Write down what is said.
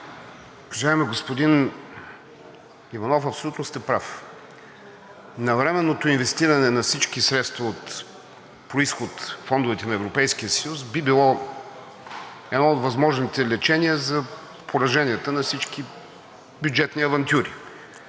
Уважаеми господин Иванов, абсолютно сте прав. Навременното инвестиране на всички средства с произход фондовете на Европейския съюз би било едно от възможните лечения за пораженията на всички бюджетни авантюри,